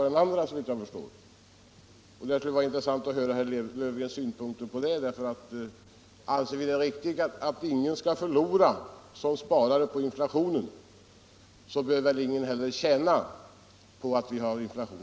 Det skulle vara intressant att höra herr Löfgrens synpunkter på den saken. Anser vi det vara riktigt att ingen sparare skall behöva förlora på inflationen, bör väl heller ingen tjäna på att det pågår en inflation.